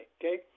okay